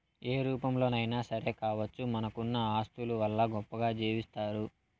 ఏ రూపంలోనైనా సరే కావచ్చు మనకున్న ఆస్తుల వల్ల గొప్పగా జీవిస్తారు